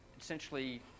essentially